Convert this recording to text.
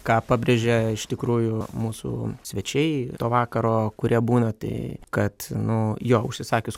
ką pabrėžė iš tikrųjų mūsų svečiai to vakaro kurie būna tai kad nu jo užsisakius